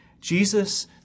Jesus